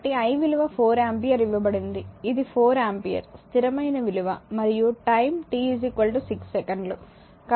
కాబట్టి i విలువ 4 ampere ఇవ్వబడింది ఇది 4 ఆంపియర్ స్థిరమైన విలువ మరియు టైమ్ t 6 సెకన్లు